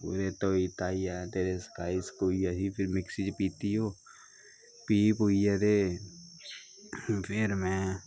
पूरे धोई धाइयै ते सकाई सकुइयै फिर मिक्सी च पीह्ती ओह् पीह् पहुइयै ते फिर में